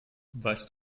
weißt